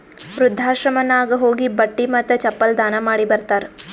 ವೃದ್ಧಾಶ್ರಮನಾಗ್ ಹೋಗಿ ಬಟ್ಟಿ ಮತ್ತ ಚಪ್ಪಲ್ ದಾನ ಮಾಡಿ ಬರ್ತಾರ್